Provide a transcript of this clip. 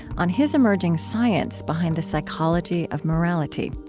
on his emerging science behind the psychology of morality.